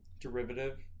Derivative